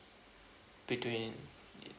between